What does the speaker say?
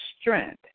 strength